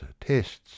tests